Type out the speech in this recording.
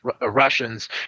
Russians